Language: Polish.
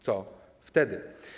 Co wtedy?